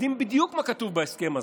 יודעים בדיוק מה כתוב בהסכם הזה.